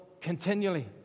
continually